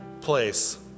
place